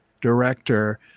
director